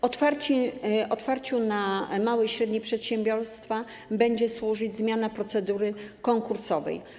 Otwarciu na małe i średnie przedsiębiorstwa będzie służyć zmiana procedury konkursowej.